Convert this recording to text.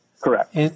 Correct